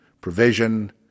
provision